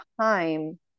time